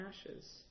ashes